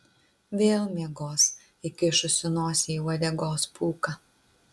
vėl miegos įkišusi nosį į uodegos pūką